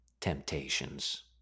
Temptations